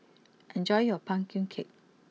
enjoy your Pumpkin Cake